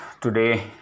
today